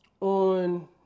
on